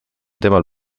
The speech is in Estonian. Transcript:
temal